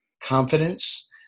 confidence